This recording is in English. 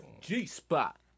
G-Spot